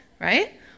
right